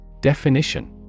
Definition